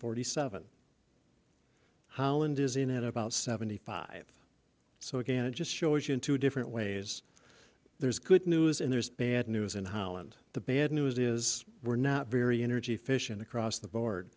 forty seven holland is in at about seventy five so again it just shows you in two different ways there's good news and there's bad news in holland the bad news is we're not very energy efficient across the board